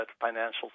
financial